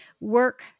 work